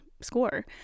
score